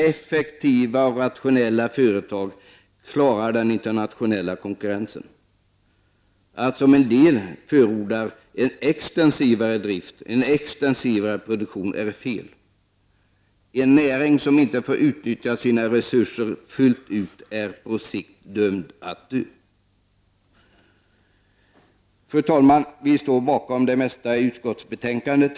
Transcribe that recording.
Effektiva och rationella företag klarar den internationella konkurrensen. Att som vissa förorda en extensivare drift och produktion är felaktigt. En näring som inte får utnyttja sina resurser fullt ut är på sikt dömd att dö ut. Fru talman! Vi moderater står bakom det mesta i utskottsbetänkandet.